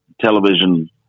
television